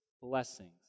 blessings